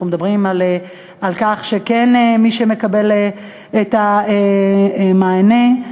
אנחנו מדברים על מי שכן מקבל את המענה.